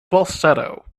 falsetto